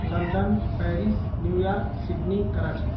London Paris New York Sydney Karachi